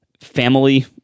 family